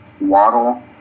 Waddle